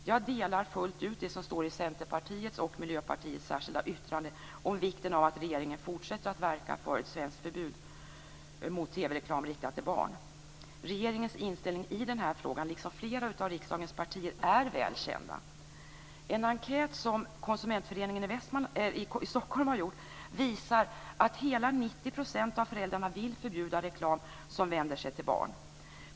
Jag delar fullt ut det som står i Centerpartiets och Miljöpartiets särskilda yttrande om vikten av att regeringen fortsätter att verka för ett svenskt förbud mot TV-reklam riktad till barn. Regeringens inställning i denna fråga liksom inställningen hos flera av riksdagens partier är väl kända. En enkät som Konsumentföreningen i Stockholm har gjort visar att hela 90 % av föräldrarna vill förbjuda reklam som vänder sig till barn.